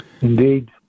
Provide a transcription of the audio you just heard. Indeed